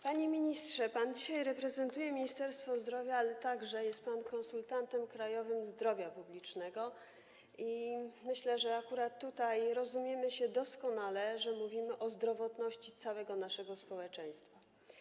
Panie ministrze, pan dzisiaj reprezentuje Ministerstwo Zdrowia, ale także jest pan konsultantem krajowym zdrowia publicznego i myślę, że akurat tutaj rozumiemy się doskonale, że mówimy o zdrowotności całego naszego społeczeństwa.